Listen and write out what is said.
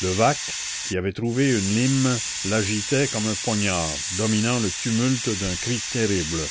levaque qui avait trouvé une lime l'agitait comme un poignard dominant le tumulte d'un cri terrible